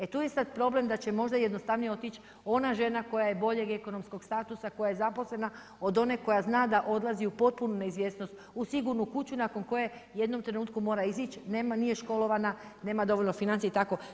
E tu je sada problem da će možda jednostavnije otići ona žena koja je boljeg ekonomskog statusa, koja je zaposlena od ona koja zna da odlazi u potpunu neizvjesnost u Sigurnu kuću nakon koje u jednom trenutku mora izići, nema, nije školovana, nema dovoljno financija i tako.